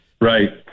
Right